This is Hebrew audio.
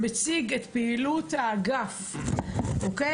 אתה מציג את פעילות האגף, אוקיי?